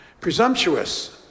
Presumptuous